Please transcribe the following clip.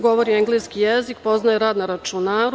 Govori engleski jezik, poznaje rad na računaru.